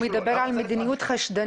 הוא מדבר על מדיניות חשדנית.